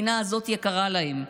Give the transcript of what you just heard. כי המדינה הזאת יקרה להם,